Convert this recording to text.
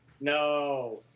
No